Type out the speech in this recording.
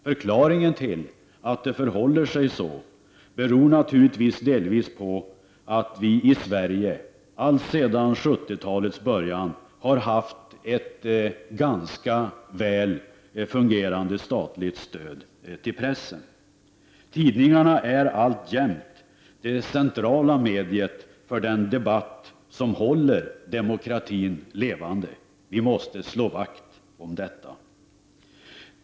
Förklaringen till att det förhåller sig så beror naturligtvis delvis på att vi i Sverige alltsedan 70-talets början har haft ett ganska väl fungerande statligt stöd till pressen. Tidningarna är alltjämt det centrala mediet för den debatt som håller demokratin levande. Vi måste slå vakt om detta.